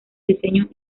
diseño